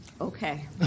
Okay